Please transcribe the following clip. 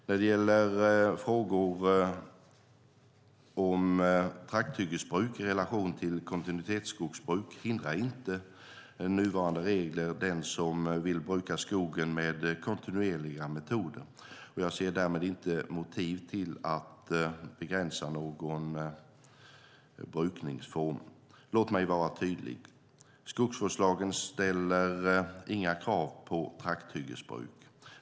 När det gäller frågorna om trakthyggesbruk i relation till kontinuitetsskogsbruk hindrar inte nuvarande regler den som vill bruka skogen med kontinuerliga metoder, och jag ser därmed inte motiv till att begränsa någon brukningsform. Låt mig vara tydlig: Skogsvårdslagen ställer inga krav på trakthyggesbruk.